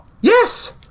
Yes